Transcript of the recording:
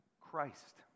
Christ